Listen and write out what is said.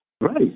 right